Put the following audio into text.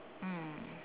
mm